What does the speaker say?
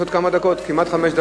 יש עוד כמעט חמש דקות.